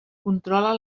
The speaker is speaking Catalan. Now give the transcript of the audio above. controla